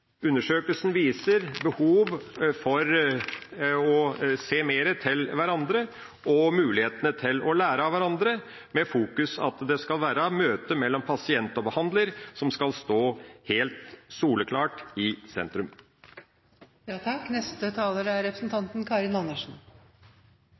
undersøkelsen viser behov for å se mer til hverandre og å lære mer av hverandre med utgangspunkt i at det skal være møtet mellom pasient og behandler som helt soleklart skal stå i sentrum. Jeg slutter meg til det innlegget som Lundteigen nå nettopp hadde. Sjukehus er